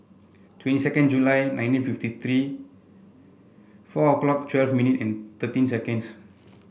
twenty second July nineteen fifty three four o'clock twelve minute and thirteen seconds